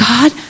God